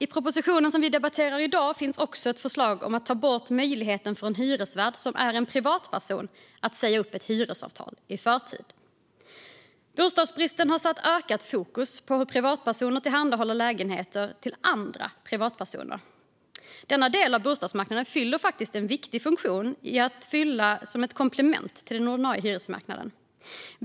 I propositionen som vi debatterar i dag finns också ett förslag om att ta bort möjligheten för en hyresvärd som är en privatperson att säga upp ett hyresavtal i förtid. Bostadsbristen har satt ökat fokus på hur privatpersoner tillhandahåller lägenheter till andra privatpersoner. Denna del av bostadsmarknaden har faktiskt en viktig funktion att fylla som komplement till den ordinarie hyresmarknaden.